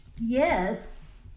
Yes